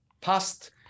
past